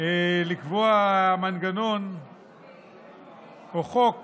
לקבוע מנגנון או חוק